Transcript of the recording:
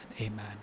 Amen